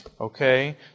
Okay